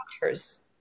doctors